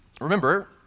remember